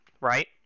right